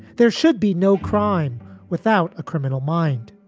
there should be no crime without a criminal mind.